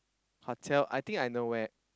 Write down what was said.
hotel I think I know where